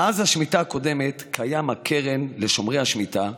מאז השמיטה הקודמת קיימת הקרן לשומרי השמיטה,